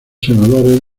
senadores